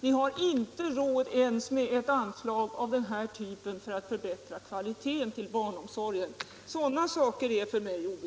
Ni har inte råd ens med ett anslag av den här typen för att förbättra kvaliteten på barnomsorgen. Sådana saker är för mig obegripliga.